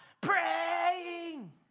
praying